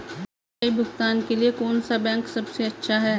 UPI भुगतान के लिए कौन सा बैंक सबसे अच्छा है?